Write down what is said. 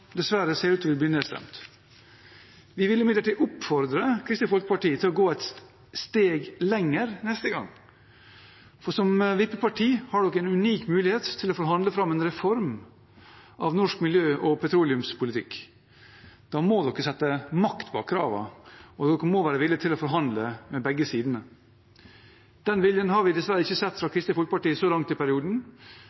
dessverre ser ut til å bli nedstemt. Vi vil imidlertid oppfordre Kristelig Folkeparti til å gå et steg lenger neste gang, for som vippeparti har de en unik mulighet til å forhandle fram en reform av norsk miljø- og petroleumspolitikk. Men da må de sette makt bak kravene, og de må være villige til å forhandle med begge sidene. Den viljen har vi dessverre ikke sett fra